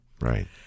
Right